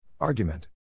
Argument